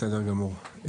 בסדר גמור.